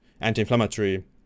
anti-inflammatory